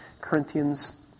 Corinthians